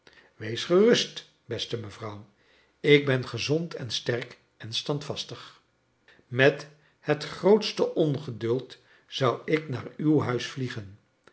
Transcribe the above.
wees gerust beste mevrouw ik ben gezond en sterk en standvastig met het grootste ongeduld zou ik naar uw huis vliegen